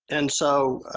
and so,